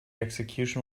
execution